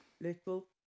little